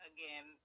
Again